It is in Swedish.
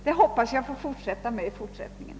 Det hoppas jag få fortsätta med.